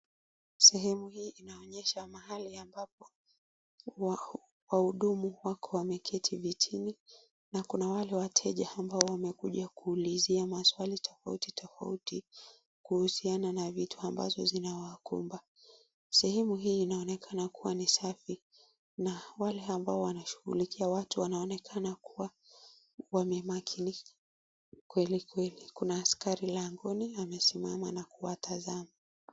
Sehemu hii inaonyesha mahali ambapo wahudumu wako wameketi vitini na kuna wale wateja ambao wamekuja kuulizia maswali tofauti tofauti kuhusiana na vitu ambazo zinawakumba. Sehemu hii inaonekana kuwa ni safi na wale ambao wanashughulikia watu inaonekana kuwa wamemakinika kweli kweli. Kuna askari langoni amesimama na kuwatazama.